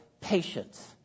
patience